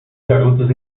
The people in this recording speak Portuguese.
garotas